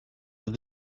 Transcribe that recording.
that